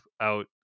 out